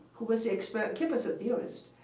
who was the expert. kip was a theorist.